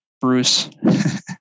Bruce